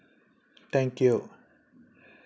thank you